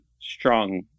strong